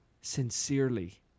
Sincerely